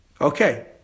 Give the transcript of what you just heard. Okay